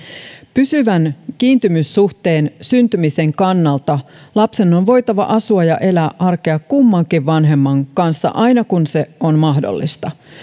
pysyvän kiintymyssuhteen syntymisen kannalta lapsen on on voitava asua ja elää arkea kummankin vanhemman kanssa aina kun se on mahdollista